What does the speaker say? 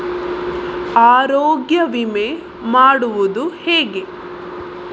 ಆರೋಗ್ಯ ವಿಮೆ ಮಾಡುವುದು ಹೇಗೆ?